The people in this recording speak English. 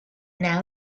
now